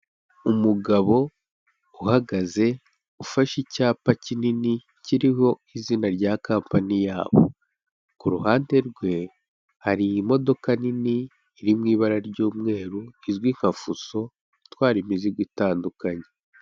Umugabo uhagaze ufashe icyapa kinini kiriho izina rya kampani yabo, ku ruhande rwe hari imodoka nini iri mu ibara ry'umweru izwi nka fuso, itwara imizigo itandukanye.